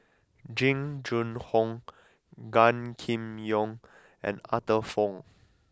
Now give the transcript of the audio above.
Jing Jun Hong Gan Kim Yong and Arthur Fong